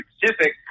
Pacific